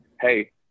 Hey